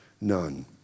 none